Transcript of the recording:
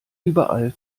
überall